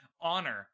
honor